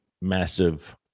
massive